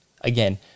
Again